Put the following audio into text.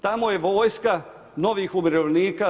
Tamo je vojska novih umirovljenika.